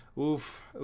oof